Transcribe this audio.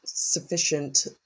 Sufficient